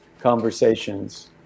conversations